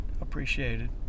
appreciated